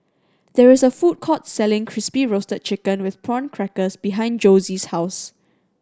there is a food court selling Crispy Roasted Chicken with Prawn Crackers behind Josie's house